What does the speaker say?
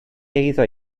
eiddo